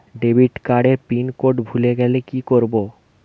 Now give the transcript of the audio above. Debit card এর pin code ভুলে গেলে কি করব?